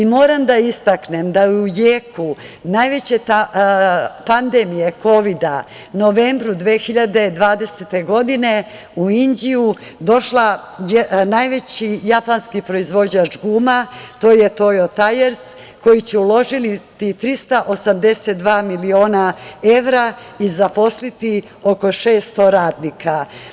Moram da istaknem da u jeku najveće pandemije kovida, u novembru 2020. godine, u Inđiju je došao najveći japanski proizvođač guma, „Tojo Tajers“, koji će uložiti 382 miliona evra i zaposliti oko 600 radnika.